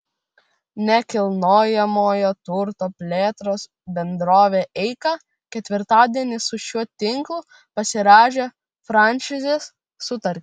nekilnojamojo turto plėtros bendrovė eika ketvirtadienį su šiuo tinklu pasirašė franšizės sutartį